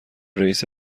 رئیست